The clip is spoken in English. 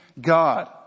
God